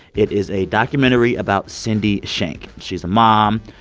it is a documentary about cindy shank. she's a mom.